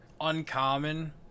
uncommon